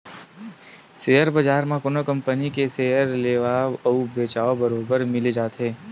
share बजार म कोनो कंपनी के सेयर लेवाल अउ बेचहार बरोबर मिली जाथे